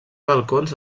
balcons